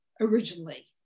originally